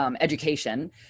education